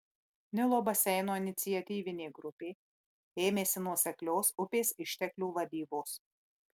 nilo baseino iniciatyvinė grupė ėmėsi nuoseklios upės išteklių vadybos